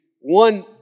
one